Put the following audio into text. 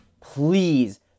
please